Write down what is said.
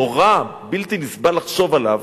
נורא,